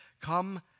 Come